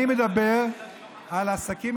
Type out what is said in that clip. אני מדבר על עסקים,